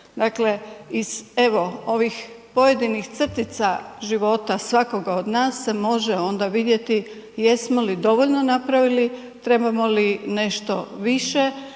Dakle iz ovih pojedinih crtica života svakoga od nas se može onda vidjeti jesmo li dovoljno napravili, trebamo li nešto više